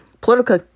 political